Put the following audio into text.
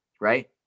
Right